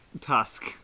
Tusk